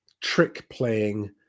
trick-playing